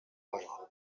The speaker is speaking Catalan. legal